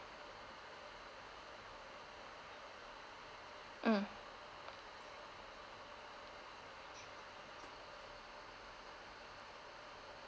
mm